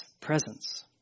presence